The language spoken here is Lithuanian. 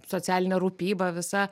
socialinė rūpyba visa